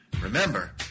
Remember